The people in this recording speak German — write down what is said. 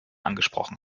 angesprochen